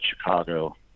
chicago